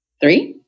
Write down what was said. Three